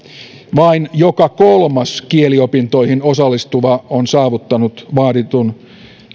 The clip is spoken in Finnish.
vain joka kolmas kieliopintoihin osallistuva on saavuttanut vaaditun